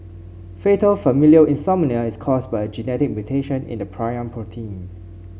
fatal familial insomnia is caused by a genetic mutation in a prion protein